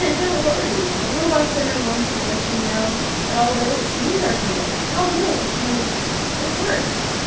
and don't worry, the lovaas center wants to let you know that although it seems archaic, it's all good because it worked.